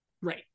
right